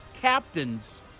captains